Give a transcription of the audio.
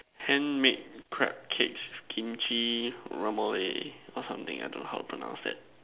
handmade crepe cakes Kimchi what more it or something I don't know how to pronounce that